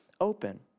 open